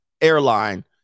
airline